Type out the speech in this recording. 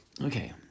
Okay